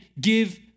give